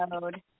mode